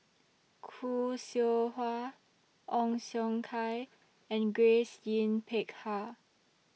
Khoo Seow Hwa Ong Siong Kai and Grace Yin Peck Ha